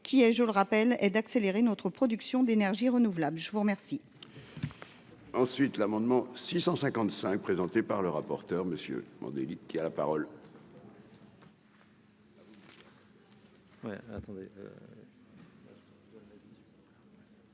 qui est, je le rappelle est d'accélérer notre production d'énergie renouvelable, je vous remercie.